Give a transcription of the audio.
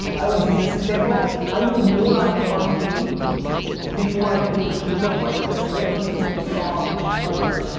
i always use this example, i knew more about cardi b before she even knew what she looked like, or had ever listened to a song of hers,